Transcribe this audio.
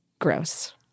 gross